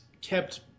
kept